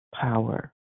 power